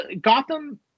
Gotham